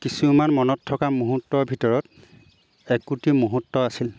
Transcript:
কিছুমান মনত থকা মুহূৰ্তৰ ভিতৰত একোটি মুহূৰ্ত আছিল